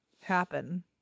happen